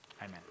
Amen